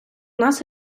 нас